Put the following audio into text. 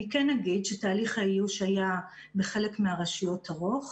אני כן אומר שתהליך האיוש בחלק מהרשויות היה ארוך,